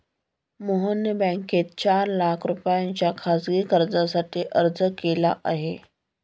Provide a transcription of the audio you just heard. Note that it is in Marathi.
मोहनने बँकेत चार लाख रुपयांच्या खासगी कर्जासाठी अर्ज केला आहे